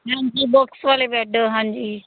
ਹਾਂਜੀ ਬਾਕਸ ਵਾਲੇ ਬੈਡ ਹਾਂਜੀ